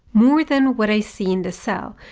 more than what i see in the cell.